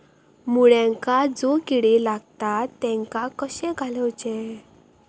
मुळ्यांका जो किडे लागतात तेनका कशे घालवचे?